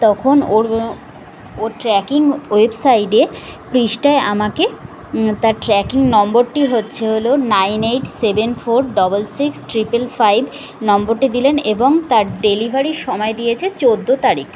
তখন ওর ওর ট্র্যাকিং ওয়েবসাইটে আমাকে তার ট্র্যাকিং নম্বরটি হচ্ছে হলো nine eight seven four double six triple five নম্বরটি দিলেন এবং তার ডেলিভারির সময় দিয়েছে চৌদ্দ তারিখ